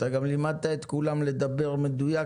אתה גם לימדת את כולם לדבר מדויק,